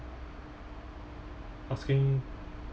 asking